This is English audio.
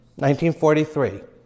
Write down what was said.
1943